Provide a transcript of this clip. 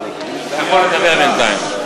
אתה יכול לדבר בינתיים.